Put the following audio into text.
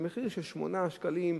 והמחיר של 8 שקלים,